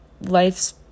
life's